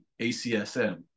ACSM